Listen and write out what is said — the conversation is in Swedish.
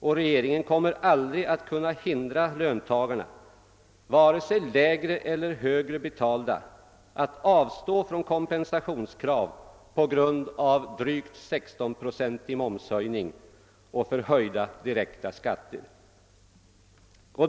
Och regeringen kommer aldrig att kunna förmå löntagarna, vare sig de lågavlönade eller de högavlönade, att avstå från kompensationskrav på grund av momsens höjning till drygt 16 procent och höjningen av de direkta skatterna.